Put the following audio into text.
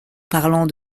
parlant